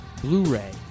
Blu-ray